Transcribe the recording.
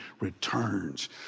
returns